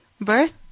birth